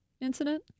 incident